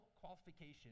qualification